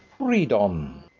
read on.